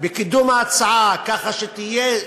בקידום ההצעה, ככה שתהיה,